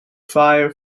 fire